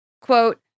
Quote